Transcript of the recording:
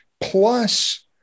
Plus